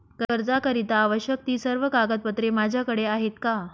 कर्जाकरीता आवश्यक ति सर्व कागदपत्रे माझ्याकडे आहेत का?